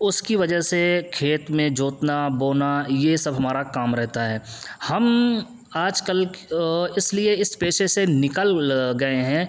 اس کی وجہ سے کھیت میں جوتنا بونا یہ سب ہمارا کام رہتا ہے ہم آج کل اس لیے اس پیشے سے نکل گئے ہیں